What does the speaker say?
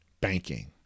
banking